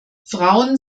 frauen